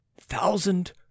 thousand